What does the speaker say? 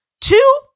Two